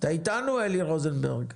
אתה איתנו, אלי רוזנברג?